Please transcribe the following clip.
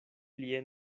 plie